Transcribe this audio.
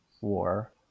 war